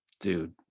dude